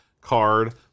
card